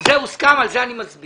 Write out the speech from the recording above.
על זה הוסכם ועל זה אני מצביע.